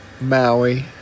Maui